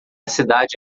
cidade